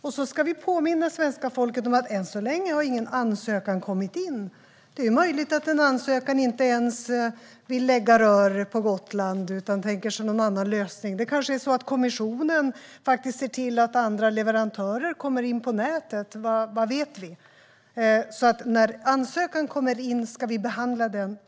Vi får dock påminna svenska folket om att ingen ansökan än så länge har kommit in. Det är möjligt att det i en ansökan inte kommer att finnas någon önskan om att lägga rör på Gotland utan att man tänker sig en annan lösning. Kanske kommer kommissionen att se till att andra leverantörer kommer in i nätet, vad vet vi? När ansökan kommer in ska vi behandla den.